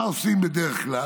מה עושים בדרך כלל?